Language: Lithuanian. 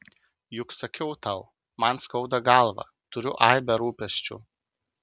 juk sakiau tau man skauda galvą turiu aibę rūpesčių